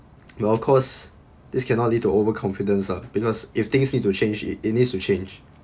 ya of course this cannot lead to over confidence ah because if things need to change it it needs to change